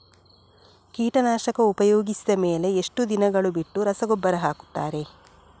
ಕೀಟನಾಶಕ ಉಪಯೋಗಿಸಿದ ಮೇಲೆ ಎಷ್ಟು ದಿನಗಳು ಬಿಟ್ಟು ರಸಗೊಬ್ಬರ ಹಾಕುತ್ತಾರೆ?